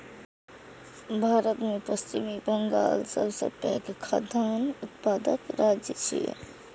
भारत मे पश्चिम बंगाल सबसं पैघ खाद्यान्न उत्पादक राज्य छियै